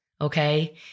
Okay